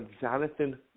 Jonathan